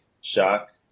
shock